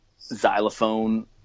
xylophone